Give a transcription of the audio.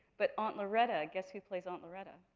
but aunt loretta, guess who plays aunt loretta.